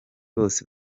bose